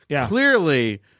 Clearly